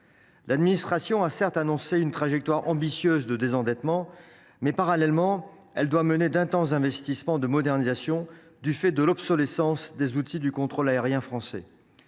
L’administration a certes annoncé une trajectoire ambitieuse de désendettement, mais, parallèlement, elle doit mener d’intenses investissements de modernisation du fait de l’obsolescence des outils du contrôle aérien français.